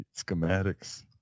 schematics